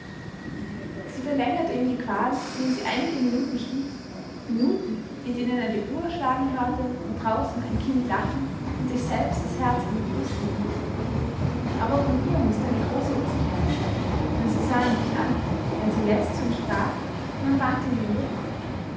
sie verlängerte ihm die qual indem sie einige minuten schwieg minuten in denen er die uhr schlagen hörte und draußen ein kind lachen und in sich selbst das herz an die brust hämmern aber auch in ihr mußte eine große unsicherheit sein denn sie sah ihn nicht an während sie jetzt zu ihm sprach sondern wandte ihm den rücken